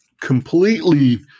completely